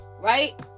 right